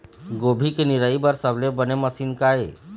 गोभी के निराई बर सबले बने मशीन का ये?